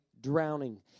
drowning